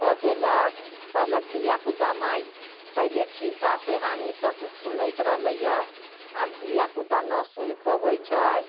कऽ देलक कहलक धियापुता माय पहिले खिस्सा पिहानी सब सुनैत रहलैए आब धियापुता नहि सुन पबै छै